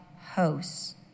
hosts